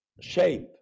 shape